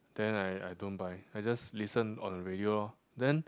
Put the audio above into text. then I I don't buy I just listen on radio then